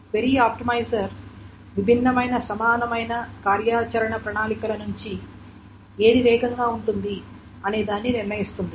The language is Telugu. క్వెరీ ఆప్టిమైజర్ విభిన్నమైన సమానమైన కార్యాచరణ ప్రణాళికల నుండి ఏది వేగంగా ఉంటుంది అనేది నిర్ణయిస్తుంది